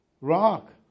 rock